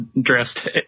dressed